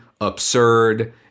absurd